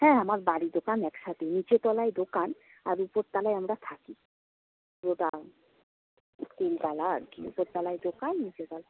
হ্যাঁ আমার বাড়ি দোকান একসাথেই নিচের তলায় দোকান আর উপরতলায় আমরা থাকি গোডাউন তিনতলা আর কি উপরতলায় দোকান নিচের তলা